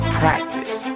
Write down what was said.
practice